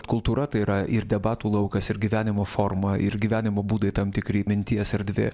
kultūra tai yra ir debatų laukas ir gyvenimo forma ir gyvenimo būdai tam tikri minties erdvė